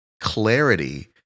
clarity